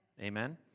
Amen